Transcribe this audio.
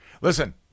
listen